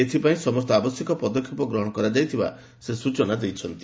ଏଥିପାଇଁ ସମସ୍ତ ଆବଶ୍ୟକ ପଦକ୍ଷେପ ଗ୍ରହଣ କରାଯାଇଥିବା ସେ ସୂଚନା ଦେଇଛନ୍ତି